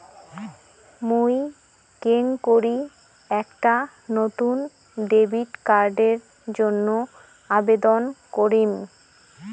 মুই কেঙকরি একটা নতুন ডেবিট কার্ডের জন্য আবেদন করিম?